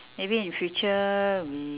maybe in future we